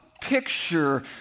picture